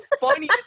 funny